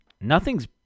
nothing's